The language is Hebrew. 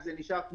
מי נגד?